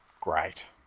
great